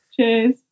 cheers